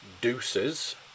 Deuces